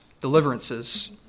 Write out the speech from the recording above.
deliverances